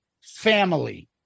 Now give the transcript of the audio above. family